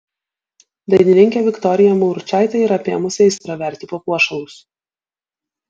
dainininkę viktoriją mauručaitę yra apėmusi aistra verti papuošalus